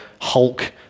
Hulk